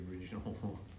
original